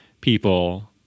people